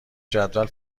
جدول